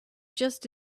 just